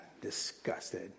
disgusted